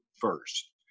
first